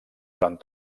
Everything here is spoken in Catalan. durant